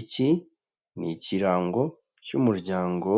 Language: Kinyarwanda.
Iki ni ikirango cy'umuryango